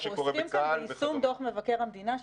אנחנו עוסקים פה ביישום דוח מבקר המדינה.